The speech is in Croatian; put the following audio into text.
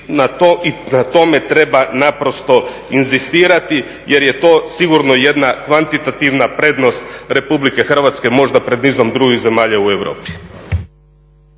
i na tome treba naprosto inzistirati jer je to sigurno jedna kvantitativna prednost Republike Hrvatske možda pred nizom drugih zemalja u Europi.